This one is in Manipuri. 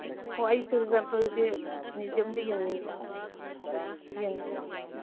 ꯑꯣ ꯑꯩ ꯆꯨꯔꯥꯆꯥꯟꯄꯨꯔꯒꯤ ꯃ꯭ꯌꯨꯖꯤꯌꯝꯗꯣ ꯌꯦꯡꯅꯤꯡꯕ